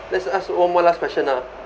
let's ask one more last question ah